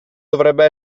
dovrebbe